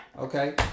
Okay